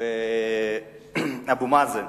ואבו מאזן.